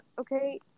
okay